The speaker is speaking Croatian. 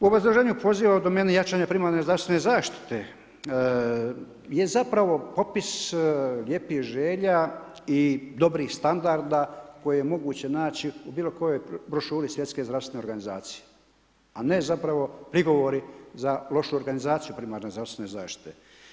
U obrazloženju poziva u domeni jačanja primarne zdravstvene zaštite gdje je zapravo popis lijepih želja i dobrog standarda koje je moguće naći u bilokojoj brošuri Svjetske zdravstvene organizacije a ne zapravo prigovori za lošu organizaciju primarne zdravstvene zaštite.